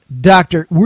doctor